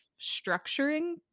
structuring